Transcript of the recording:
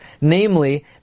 namely